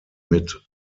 mit